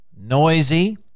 Noisy